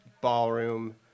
ballroom